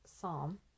psalm